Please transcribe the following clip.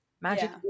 Magic